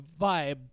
vibe